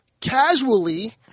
casually